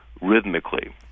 rhythmically